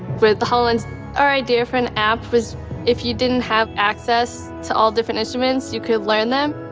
with the hololens our idea for an app was if you didn't have access to all different instruments, you could learn them.